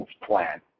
plan